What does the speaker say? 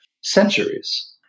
centuries